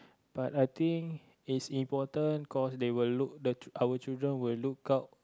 but I think is important cause they will look the our children will look out